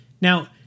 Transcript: Now